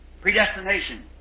Predestination